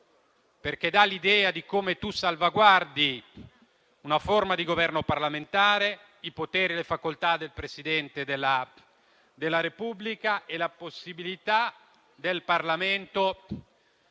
perché dà l'idea di come si salvaguardano una forma di governo parlamentare, i poteri e le facoltà del Presidente della Repubblica e la possibilità del Parlamento di